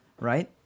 right